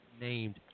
named